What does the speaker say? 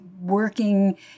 working